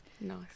Nice